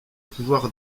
pouvoir